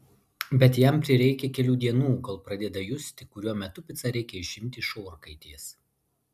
bet jam prireikia kelių dienų kol pradeda justi kuriuo metu picą reikia išimti iš orkaitės